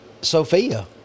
Sophia